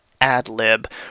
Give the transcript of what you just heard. ad-lib